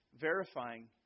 verifying